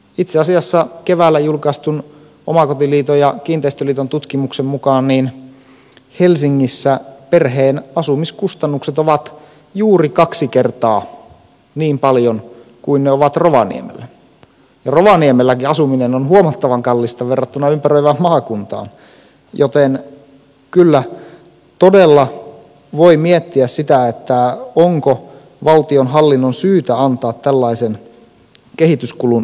itse asiassa keväällä julkaistun omakotiliiton ja kiinteistöliiton tutkimuksen mukaan helsingissä perheen asumiskustannukset ovat juuri kaksi kertaa niin paljon kuin ne ovat rovaniemellä ja rovaniemelläkin asuminen on huomattavan kallista verrattuna ympäröivään maakuntaan joten kyllä todella voi miettiä sitä onko valtionhallinnon syytä antaa tällaisen kehityskulun edelleen jatkua